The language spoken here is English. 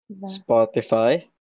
Spotify